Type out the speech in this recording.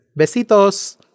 Besitos